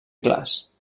clars